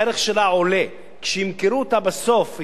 כשימכרו אותה בסוף יקבלו פטור מלא ממס שבח,